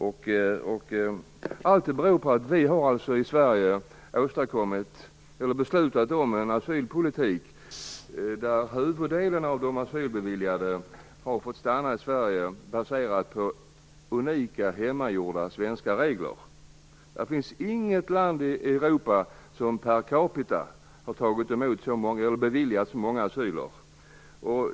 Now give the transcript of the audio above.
Allt detta beror på att vi i Sverige har beslutat om en asylpolitik där huvuddelen av dem som beviljats asyl har fått stanna i Sverige, baserat på unika hemgjorda svenska regler. Det finns inget land i Europa som per capita har beviljat så många människor asyl.